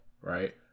Right